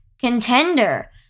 contender